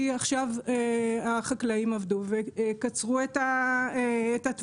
כי עכשיו החקלאים עבדו וקצרו את התבואה.